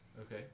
Okay